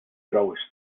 grove